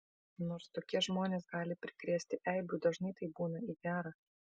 nors tokie žmonės gali prikrėsti eibių dažnai tai būna į gera